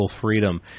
freedom